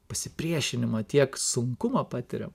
pasipriešinimo tiek sunkumo patiriam